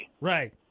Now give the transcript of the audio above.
Right